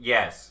Yes